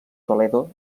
toledo